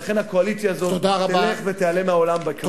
ולכן הקואליציה הזאת תלך ותיעלם מהעולם בקרוב.